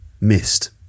Missed